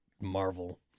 Marvel